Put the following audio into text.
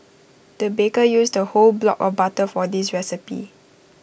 the baker used A whole block of butter for this recipe